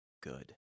good